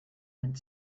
went